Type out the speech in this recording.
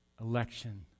election